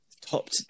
topped